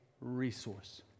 resource